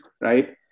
right